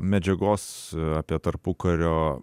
medžiagos apie tarpukario